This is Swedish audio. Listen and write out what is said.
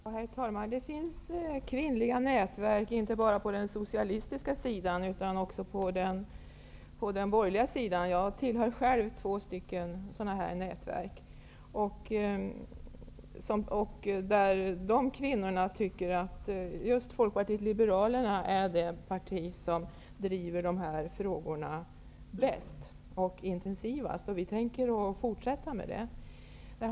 Herr talman! Det finns kvinnliga nätverk, inte bara på den socialistiska sidan utan även på den borgerliga sidan. Jag tillhör själv två nätverk. Dessa kvinnor tycker att just Folkpartiet liberalerna är det parti som bäst och intensivast driver jämställdhetsfrågor, och det tänker vi fortsätta med.